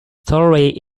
story